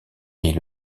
est